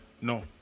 No